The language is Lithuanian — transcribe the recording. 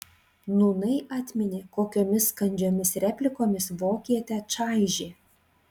nūnai atminė kokiomis kandžiomis replikomis vokietę čaižė